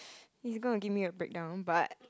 it's gonna give me a breakdown but